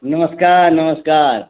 नमस्कार नमस्कार